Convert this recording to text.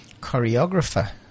choreographer